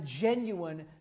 genuine